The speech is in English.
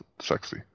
sexy